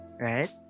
right